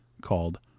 called